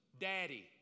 Daddy